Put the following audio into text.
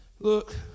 look